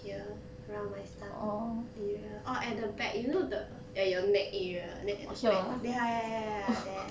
here around my stomach area or at the back you know the at your neck area then at the back ya ya ya ya there